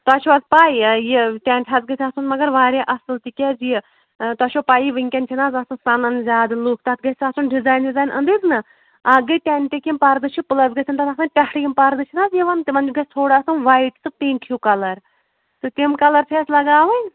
تۄہہِ چھو حظ پَے یہِ یہِ ٹٮ۪نٛٹ حظ گژھِ آسُن مگر واریاہ اَصٕل تِکیٛازِ یہِ تۄہہِ چھو پَیی وٕنۍکٮ۪ن چھِنہٕ حظ آسان سَنان زیادٕ لُکھ تَتھ گژھِ آسُن ڈِزایِن وِزایِن أندٕرۍ نہ اَکھ گٔے ٹٮ۪نٹٕکۍ یِم پردٕ چھِ پٕلَس گژھن تَتھ آسٕنۍ پٮ۪ٹھٕ یِم پرٕدٕ چھِنہٕ حظ یِوان تِمَن گژھِ تھوڑا آسُن وایِٹ تہٕ پِنٛک ہیوٗ کَلَر تہٕ تِم کَلَر چھِ اَسہِ لگاوٕنۍ